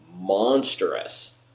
monstrous